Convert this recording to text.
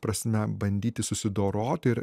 prasme bandyti susidoroti ir